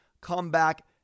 comeback